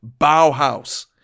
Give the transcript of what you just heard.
Bauhaus